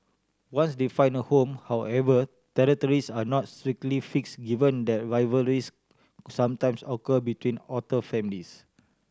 once they find a home however territories are not strictly fix given that rivalries sometimes occur between otter families